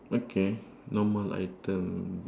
okay normal item